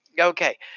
Okay